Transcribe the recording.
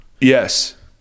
Yes